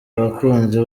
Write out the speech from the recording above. abakunzi